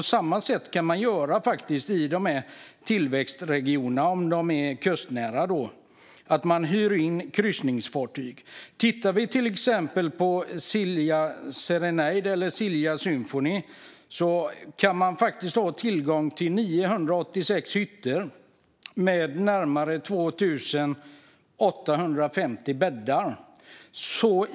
På samma sätt kan man hyra in kryssningsfartyg i tillväxtregionerna, om de är kustnära. Med Silja Serenade eller Silja Symphony får man tillgång till 986 hytter med närmare 2 850 bäddar.